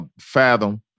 Fathom